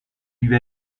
lui